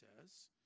says